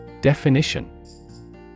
Definition